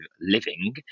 living